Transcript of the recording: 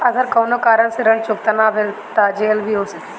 अगर कौनो कारण से ऋण चुकता न भेल तो का जेल भी हो सकेला?